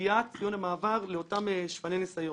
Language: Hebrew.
לקביעת ציון המעבר לאותם שפני ניסיון.